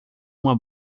uma